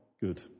good